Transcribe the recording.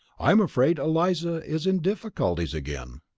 i'm afraid eliza is in difficulties again.